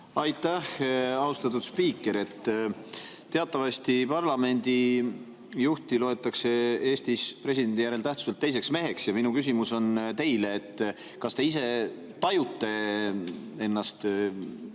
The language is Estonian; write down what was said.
Aitäh, austatud spiiker! Teatavasti parlamendijuhti loetakse Eestis presidendi järel tähtsuselt teiseks meheks. Minu küsimus teile on: kas te ise tajute ennast